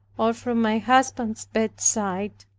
or from my husband's bedside.